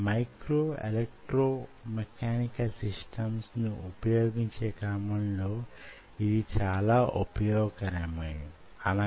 micro electro mechanical systems ను ఉపయోగించే క్రమంలో యిది చాలా ఉపయోగకరమైనది